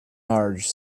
marge